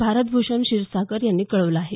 भारतभ्रषण क्षीरसागर यांनी कळवलं आहे